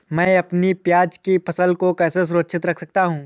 मैं अपनी प्याज की फसल को कैसे सुरक्षित रख सकता हूँ?